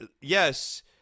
Yes